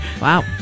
Wow